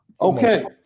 Okay